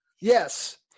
Yes